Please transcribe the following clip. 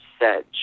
Sedge